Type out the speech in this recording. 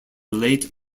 late